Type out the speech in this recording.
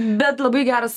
bet labai geras